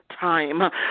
time